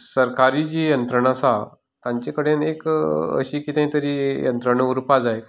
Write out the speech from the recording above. सरकारी जीं यंत्रणां आसा तांचे कडेन एक अशी कितें तरी यंत्रणां उरपा जाय